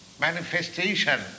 manifestation